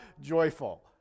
joyful